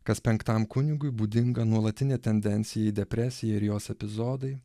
kas penktam kunigui būdinga nuolatinė tendencija į depresiją ir jos epizodai